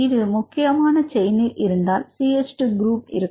இது முக்கியமான செயினில் இருந்தால் CH2 குரூப் இருக்கும்